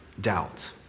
doubt